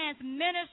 minister